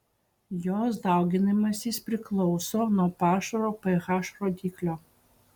jos dauginimasis priklauso nuo pašaro ph rodiklio